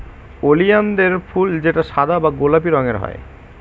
ওলিয়ানদের ফুল যেটা সাদা বা গোলাপি রঙের হয়